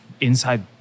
inside